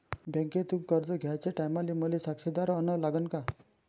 बँकेतून कर्ज घ्याचे टायमाले मले साक्षीदार अन लागन का?